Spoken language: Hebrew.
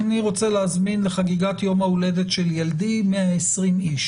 אני רוצה להזמין לחגיגת יום ההולדת של ילדי 120 איש,